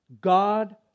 God